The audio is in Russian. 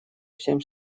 всем